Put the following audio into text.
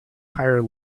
higher